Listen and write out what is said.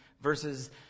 versus